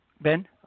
Ben